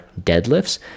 deadlifts